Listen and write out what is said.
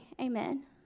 Amen